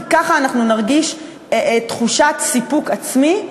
כי ככה אנחנו נרגיש תחושת סיפוק עצמי.